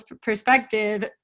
perspective